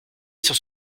sur